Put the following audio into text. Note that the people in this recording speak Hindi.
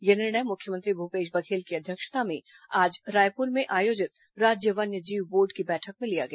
यह निर्णय मुख्यमंत्री भूपेश बघेल की अध्यक्षता में आज रायपुर में आयोजित राज्य वन्य जीव बोर्ड की बैठक में लिया गया